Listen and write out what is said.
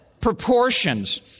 proportions